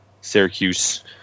Syracuse